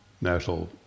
National